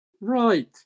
Right